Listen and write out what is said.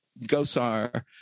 Gosar